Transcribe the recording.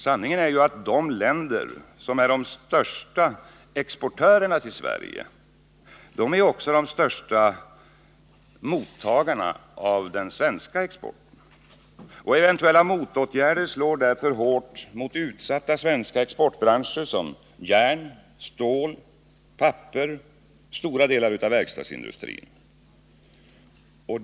Sanningen är ju att de länder som är de största exportörerna till Sverige också är de största mottagarna av den svenska exporten. Eventuella motåtgärder slår därför hårt mot utsatta svenska exportbranscher som järn, stål, papper och stora delar av verkstadsindustrin.